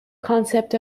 concept